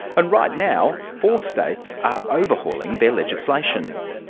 and right now, four states are overhauling their legislation.